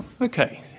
Okay